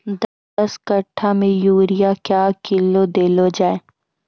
दस कट्ठा मे यूरिया क्या किलो देलो जाय?